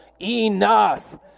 enough